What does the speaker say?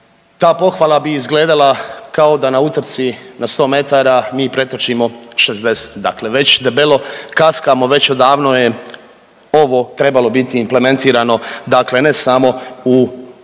ta pohvala bi izgledala kao da na utrci na 100 metara mi pretrčimo 60. Dakle, već debelo kaskamo već odavno je ovo trebalo biti implementirano. Dakle, ne samo u kontekstu